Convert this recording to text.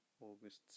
August